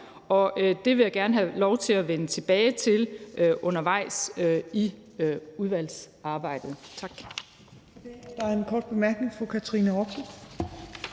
og det vil jeg gerne have lov til at vende tilbage til undervejs i udvalgsarbejdet. Tak.